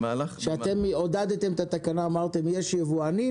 כאשר אתם עודדתם את אישור התקנה אמרתם: יש יבואנים,